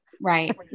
Right